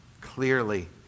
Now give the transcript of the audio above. clearly